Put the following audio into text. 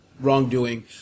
Wrongdoing